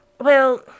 Well